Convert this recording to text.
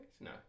No